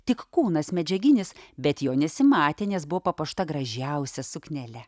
tik kūnas medžiaginis bet jo nesimatė nes buvo papuošta gražiausia suknele